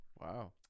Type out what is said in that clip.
wow